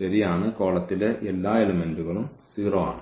ശരിയാണ് കോളത്തിലെ എല്ലാ എലെമെന്റുകളും 0 ആണ്